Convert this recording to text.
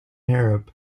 arab